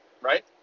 right